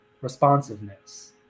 responsiveness